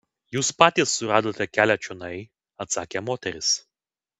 jūs patys suradote kelią čionai atsakė moteris